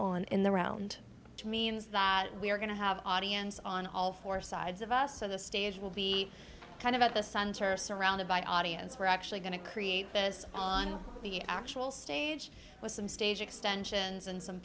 on in the round to means that we're going to have audience on all four sides of us so the stage will be kind of at the center surrounded by audience we're actually going to create this on the actual stage with some stage extensions and some